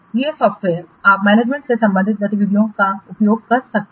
ये सॉफ्टवेयर आप मैनेजमेंट से संबंधित गतिविधियों का भी उपयोग कर सकते हैं